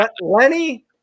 Lenny